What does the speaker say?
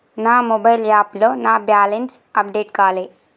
నా మొబైల్ యాప్లో నా బ్యాలెన్స్ అప్డేట్ కాలే